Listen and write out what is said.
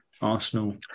arsenal